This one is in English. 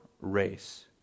race